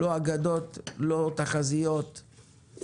לא אגדות, לא תחזיות,